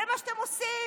זה מה שאתם עושים.